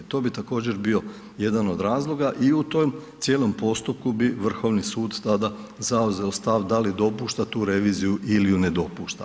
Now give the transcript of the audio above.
To bi također bio jedan od razloga i u tom cijelom postupku bi Vrhovni sud tada zauzeo stav da li dopušta tu reviziju ili ju ne dopušta.